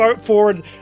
forward